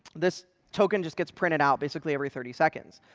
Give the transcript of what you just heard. this token just gets printed out, basically, every thirty seconds.